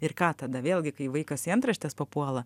ir ką tada vėlgi kai vaikas į antraštes papuola